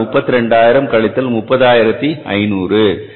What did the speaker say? என்றால் ரூபாய் 32000 கழித்தல் 30500